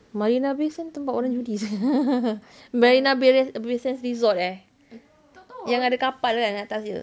marina bay sand tempat orang judi sia marina bay res~ bay sands resort eh yang ada kapal tu kan atas dia